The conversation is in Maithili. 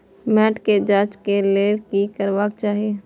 मैट के जांच के लेल कि करबाक चाही?